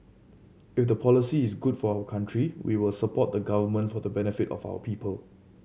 if the policy is good for our country we will support the Government for the benefit of our people